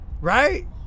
right